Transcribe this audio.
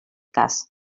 cas